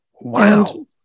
Wow